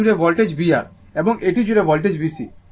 এটি জুড়ে voltage vR এবং এটি জুড়ে ভোল্টেজ VC